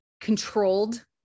controlled-